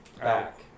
back